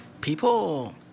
people